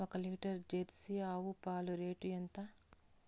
ఒక litre jersey ఆవు పాలు రేటు ఎంత?